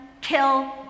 kill